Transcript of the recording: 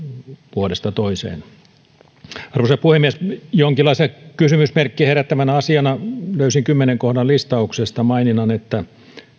vuodesta toiseen arvoisa puhemies jonkinlaisena kysymysmerkkejä herättävänä asiana löysin kymmenen kohdan listauksesta maininnan että